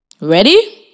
Ready